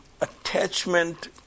Attachment